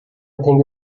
think